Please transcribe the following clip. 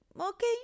okay